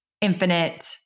infinite